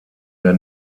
der